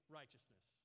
righteousness